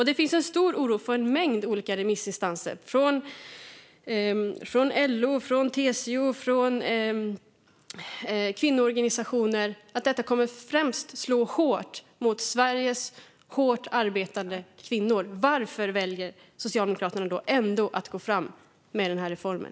Det finns en stor oro hos en mängd olika remissinstanser, från LO och TCO till kvinnoorganisationerna, att detta främst kommer att slå hårt mot Sveriges hårt arbetande kvinnor. Varför väljer Socialdemokraterna ändå att gå fram med reformen?